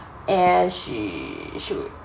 and she she